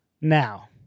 Now